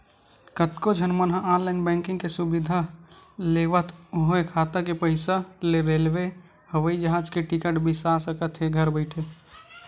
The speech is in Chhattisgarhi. कतको झन मन ह ऑनलाईन बैंकिंग के सुबिधा लेवत होय खाता के पइसा ले रेलवे, हवई जहाज के टिकट बिसा सकत हे घर बइठे